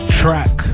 track